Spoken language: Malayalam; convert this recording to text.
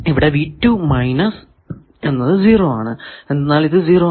എന്തെന്നാൽ ഇത് 0 ആണ്